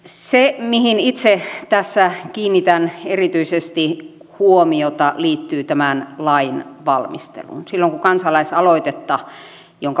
se mihin itse tässä kiinnitän erityisesti huomiota liittyy tämän lain valmisteluun